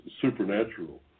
supernatural